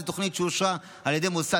תוכנית משביחה היא תוכנית שאושרה על ידי מוסד